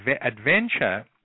adventure